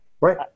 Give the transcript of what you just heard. Right